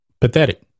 Pathetic